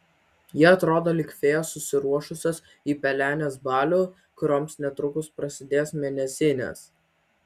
jie atrodo lyg fėjos susiruošusios į pelenės balių kurioms netrukus prasidės mėnesinės